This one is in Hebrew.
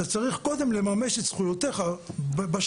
אתה צריך קודם לממש את זכויותיך בשב"ן.